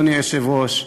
אדוני היושב-ראש,